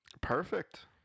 perfect